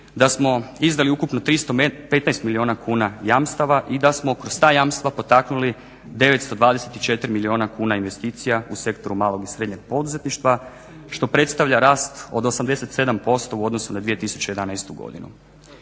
da smo izdali ukupno 315 milijuna kuna jamstava i da smo kroz ta jamstva potaknuli 924 milijuna kuna investicija u sektoru malog i srednjeg poduzetništva što predstavlja rast od 87% u odnosu na 2011. godinu.